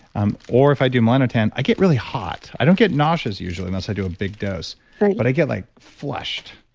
um or if i do melanotan, i get really hot. i don't get nauseous usually unless i do a big dose but i get like flushed.